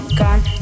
gone